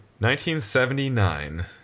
1979